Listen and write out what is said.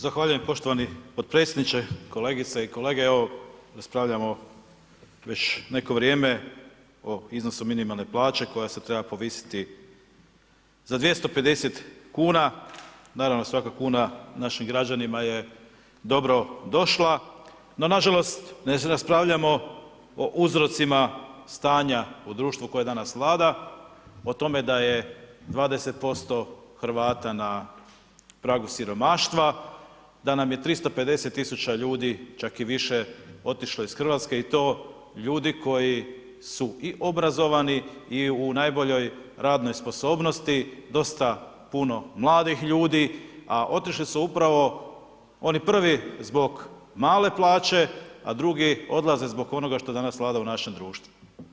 Zahvaljujem poštovani potpredsjedniče, kolegice i kolege, evo raspravljamo već neko vrijeme o iznosu minimalne plaće koja se treba povisiti za 250,00 kn, naravno, svaka kuna našim građanima je dobro došla, no nažalost, ne raspravljamo o uzrocima stanja u društvu koje danas vlada, o tome da je 20% Hrvata na pragu siromaštva, da nam je 350 000 ljudi, čak i više, otišlo iz RH i to ljudi koji su i obrazovani i u najboljoj radnoj sposobnosti, dosta puno mladih ljudi, a otišli su upravo oni prvi zbog male plaće, a drugi odlaze zbog onoga što danas vlada u našem društvu.